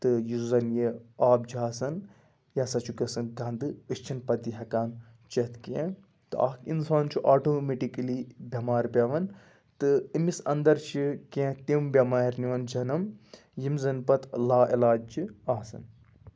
تہٕ یُس زَن یہِ آب چھُ آسان یہِ ہَسا چھُ گَژھن گَنٛدٕ أسۍ چھِ نہٕ پَتہٕ یہِ ہیٚکان چَتھ کینٛہہ تہٕ اَکھ اِنسان چھُ آٹومیٹِکٔلی بیٚمار پیٚوَان تہٕ أمِس اَندَر چھِ کینٛہہ تِم بیٚمارِ نِوَان جَنَم یِم زَن پَتہٕ لا علاج چھِ آسَان